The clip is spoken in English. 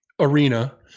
arena